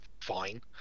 fine